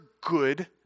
good